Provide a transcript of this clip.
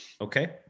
okay